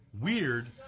weird